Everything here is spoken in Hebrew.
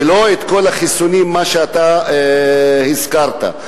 ולא את כל החיסונים שאתה הזכרת.